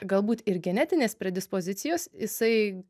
galbūt ir genetinės predispozicijos jisai